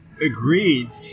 agreed